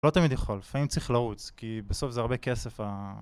לא תמיד יכול, פעים צריך לרוץ, כי בסוף זה הרבה כסף ה...